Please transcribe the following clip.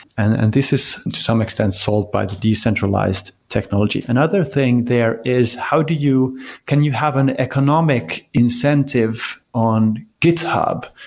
and and this is, to some extent, sold by the decentralized technology. another thing there is how do you can you have an economic incentive on github?